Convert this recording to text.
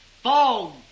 Fog